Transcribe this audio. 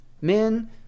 Men